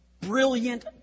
brilliant